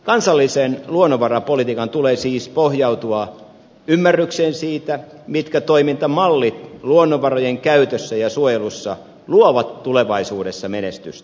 kansallisen luonnonvarapolitiikan tulee siis pohjautua ymmärrykseen siitä mitkä toimintamallit luonnonvarojen käytössä ja suojelussa luovat tulevaisuudessa menestystä